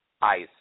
Ice